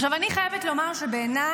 עכשיו, אני חייבת לומר שבעיניי